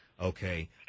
Okay